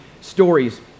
stories